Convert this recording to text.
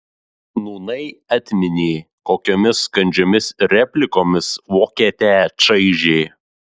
nūnai atminė kokiomis kandžiomis replikomis vokietę čaižė